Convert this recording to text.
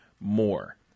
more